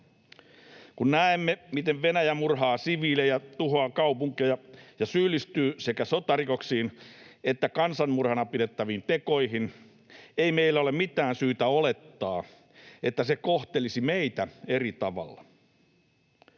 Kun näemme, miten Venäjä murhaa siviilejä, tuhoaa kaupunkeja ja syyllistyy sekä sotarikoksiin että kansanmurhana pidettäviin tekoihin, ei meillä ole mitään syytä olettaa, että se kohtelisi meitä eri tavalla.